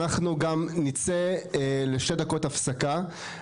אנחנו גם נצא לשתי דקות הפסקה.